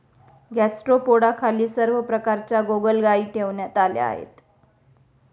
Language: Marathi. गॅस्ट्रोपोडाखाली सर्व प्रकारच्या गोगलगायी ठेवण्यात आल्या आहेत